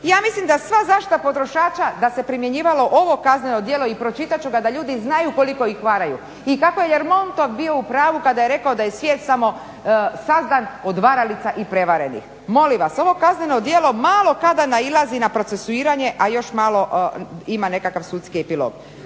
ja mislim da sva zaštita potrošača da se primjenjivalo ovo kazneno djelo i pročitat ću ga da ljudi znaju koliko ih varaju i kako je Ljermontov bio u pravu kada je rekao da je svijet samo sazdan od varalica i prevarenih. Molim vas, ovo kazneno djelo malo kada nailazi na procesuiranje, a još malo ima nekakav sudski epilog.